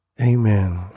Amen